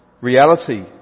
reality